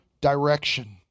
direction